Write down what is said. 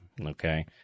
Okay